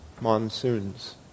monsoons